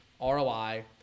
ROI